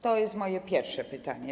To jest moje pierwsze pytanie.